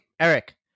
Eric